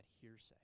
hearsay